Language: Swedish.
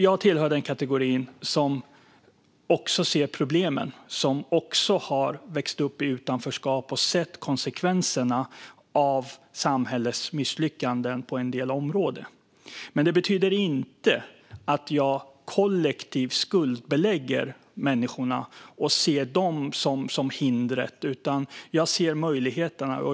Jag tillhör den kategori som ser problemen. Jag har växt upp i utanförskap och sett konsekvenserna av samhällets misslyckanden på en del områden. Men det betyder inte att jag kollektivt skuldbelägger människorna och ser dem som hindret. Jag ser möjligheterna.